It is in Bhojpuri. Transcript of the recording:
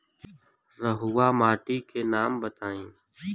रहुआ माटी के नाम बताई?